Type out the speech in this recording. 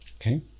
okay